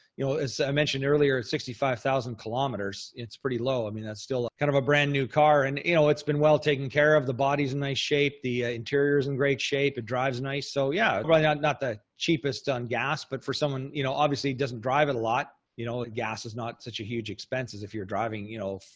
you know, as i mentioned earlier at sixty five thousand kilometres, it's pretty low. i mean, that's still kind of a brand new car and, you know, it's been well taken care of. the body's in nice shape, the ah interior is in great shape. it drives nice. so yeah, right now, yeah not the cheapest on gas, but for someone, you know, obviously he doesn't drive it a lot. you know gas is not such a huge expense as if you're driving, you know,